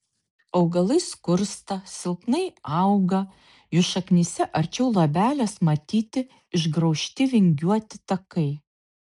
augalai skursta silpnai auga jų šaknyse arčiau luobelės matyti išgraužti vingiuoti takai